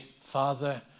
Father